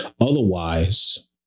Otherwise